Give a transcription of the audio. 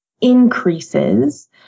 increases